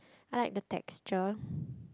I like the texture